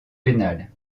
pénales